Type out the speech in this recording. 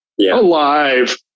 alive